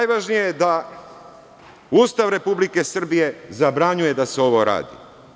Najvažnije je da Ustav Republike Srbije zabranjuje da se ovo radi.